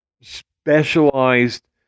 specialized